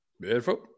Beautiful